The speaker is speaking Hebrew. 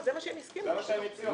לא, זה מה שהם הסכימו.